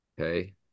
Okay